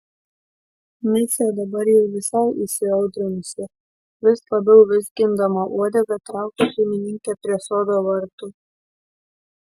micė dabar jau visai įsiaudrinusi vis labiau vizgindama uodegą traukia šeimininkę prie sodo vartų